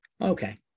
Okay